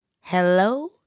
Hello